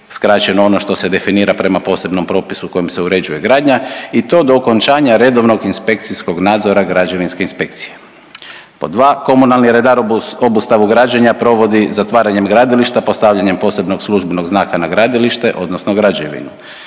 skraćeno ono što se definira prema posebnom propisu kojim se uređuje gradnja i to do okončanja redovnog inspekcijskog nadzora građevinske inspekcije“. Pod „2. komunalni redar obustavu građenja provodi zatvaranjem gradilišta, postavljanjem posebnog službenog znaka na gradilište odnosno građevinu“.